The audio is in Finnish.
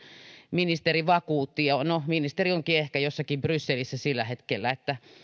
ministeri vakuutti niin no ministeri onkin ehkä jossakin brysselissä sillä hetkellä ja